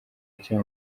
nshya